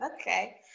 Okay